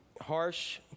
harsh